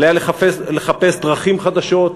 עליה לחפש דרכים חדשות,